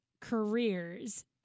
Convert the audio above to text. careers